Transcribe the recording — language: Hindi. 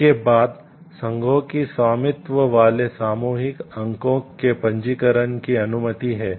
इसके बाद संघों के स्वामित्व वाले सामूहिक अंकों के पंजीकरण की अनुमति है